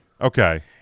Okay